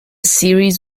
series